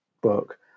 book